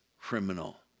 criminal